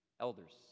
elders